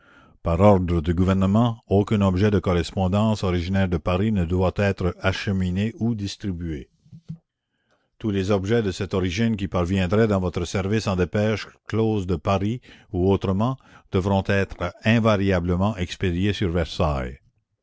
par ordre du gouvernement aucun objet de correspondance originaire de paris ne doit être acheminé ou distribué tous les objets de cette origine qui parviendraient dans votre service en dépêches closes de paris ou autrement devront être invariablement expédiées sur versailles